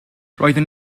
roeddwn